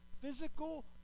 physical